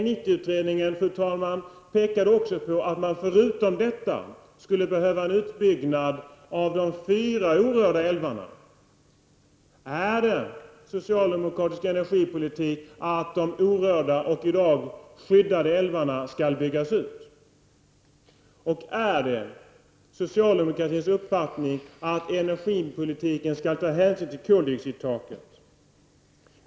El 90-utredningen pekade också på att man förutom detta skulle behöva en utbyggnad av de fyra orörda älvarna. Är det socialdemokratisk energipolitik att de orörda och i dag skyddade älvarna skall byggas ut? Och är det socialdemokratins uppfattning att energipolitiken skall ta hänsyn till koldioxidtaket?